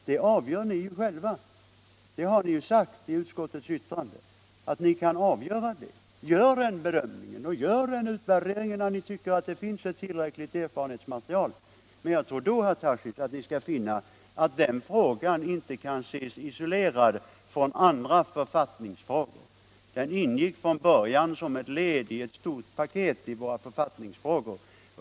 Det har ni ju sagt i utskottets skrivning. Gör den bedömningen och den utvärderingen när ni tycker att det finns ett tillräckligt erfarenhetsmaterial! Men jag tror, herr Tarschys, att ni då skall finna att den frågan inte kan ses isolerad från andra författningsfrågor. Den ingick från början som ett led i ett stort paket i våra författningsfrågor.